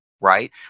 right